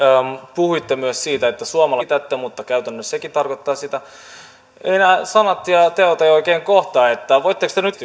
puhuitte myös siitä että suomalaisille on tulossa tulorajoja tai selvitätte mutta käytännössä sekin tarkoittaa sitä nämä sanat ja ja teot eivät oikein kohtaa voisitteko te nyt